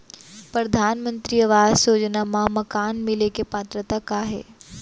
परधानमंतरी आवास योजना मा मकान मिले के पात्रता का हे?